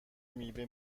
میوه